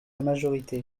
majorité